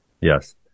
Yes